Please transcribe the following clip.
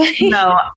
No